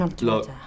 Look